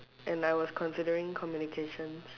and I was considering communication